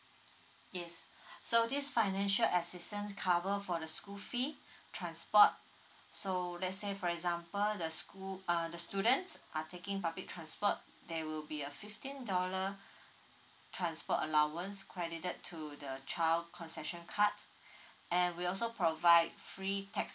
yes so this financial assistance cover for the school fee transport so let's say for example the school uh the students are taking public transport there will be a fifteen dollar transport allowance credited to the child concession card and we also provide free textbook